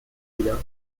wieder